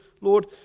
Lord